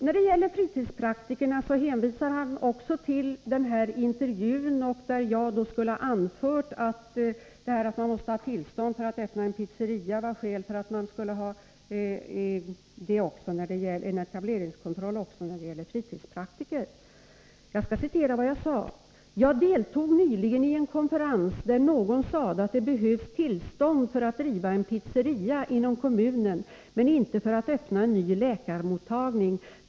När det gäller fritidspraktiker hänvisar man till en intervju, där jag skulle ha anfört, att eftersom det krävs tillstånd för att öppna en pizzeria, måste det finnas etableringskontroll också när det gäller fritidspraktikernas verksamhet. Jag skall återge vad jag sade: ”Jag deltog nyligen i en konferens där någon sade att det behövs tillstånd för att driva en pizzeria inom kommunen men inte för att öppna en ny läkarmottagning.